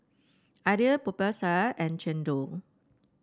Idly Popiah Sayur and Chendol